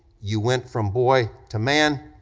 you went from boy to man,